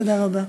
תודה רבה.